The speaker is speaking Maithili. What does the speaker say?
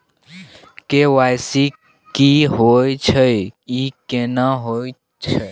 के.वाई.सी की होय छै, ई केना होयत छै?